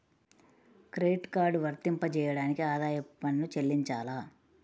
Credit card వర్తింపజేయడానికి ఆదాయపు పన్ను చెల్లించాలా?